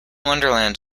wonderland